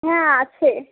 হ্যাঁ আছে